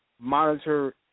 monitor